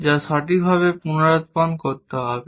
যা সঠিকভাবে পুনরুত্পাদন করতে হবে